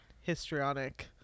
histrionic